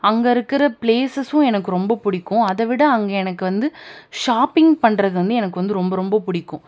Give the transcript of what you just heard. அங்கே இருக்கிற பிளேசஸும் எனக்கு ரொம்ப பிடிக்கும் அதைவிட அங்கே எனக்கு வந்து ஷாப்பிங் பண்றது வந்து ரொம்ப ரொம்ப பிடிக்கும்